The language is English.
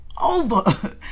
over